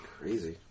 Crazy